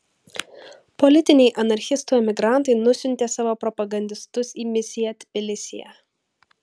politiniai anarchistų emigrantai nusiuntė savo propagandistus į misiją tbilisyje